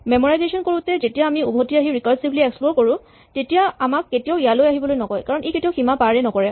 memorisation কৰোতে যেতিয়া আমি উভতি আহি ৰিকাৰছিভলী এক্সপ্লৰ কৰো তেতিয়া আমাক কেতিয়াও ইয়ালে আহিবলৈ নকয় কাৰণ ই কেতিয়াও সীমা পাৰ নকৰে